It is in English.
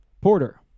Porter